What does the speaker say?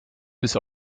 bis